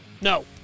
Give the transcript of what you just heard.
No